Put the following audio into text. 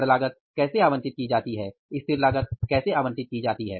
चर लागत कैसे आवंटित की जाती है स्थिर लागत कैसे आवंटित की जाती है